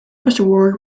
butterworth